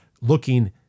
looking